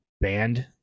banned